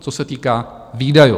Co se týká výdajů.